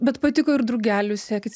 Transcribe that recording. bet patiko ir drugelių sekcija